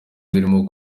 zirimo